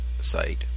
site